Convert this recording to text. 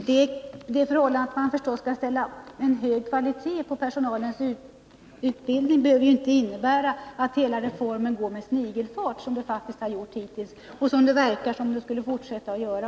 Herr talman! Det förhållandet att vi självfallet skall kräva hög kvalitet på personalens utbildning behöver inte innebära att hela reformen går med snigelfart, som den faktiskt har gjort hittills och som den också verkar fortsätta att göra.